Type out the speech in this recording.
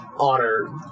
Honor